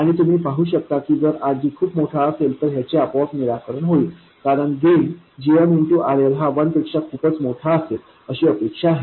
आणि तुम्ही हे पाहू शकता की जर RG खूप मोठा असेल तर ह्याचे आपोआप निराकरण होईल कारण गेन gm RL हा 1 पेक्षा खूपच मोठा असेल अशी अपेक्षा आहे